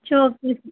its okay sir